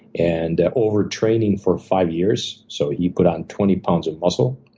and over training for five years. so he put on twenty pounds in muscle.